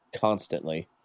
Constantly